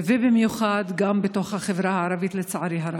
ובמיוחד בתוך החברה הערבית, לצערי הרב.